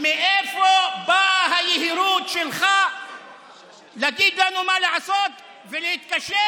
מאיפה באה היהירות שלך להגיד לנו מה לעשות ולהתקשר